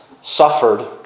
suffered